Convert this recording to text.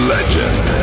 Legend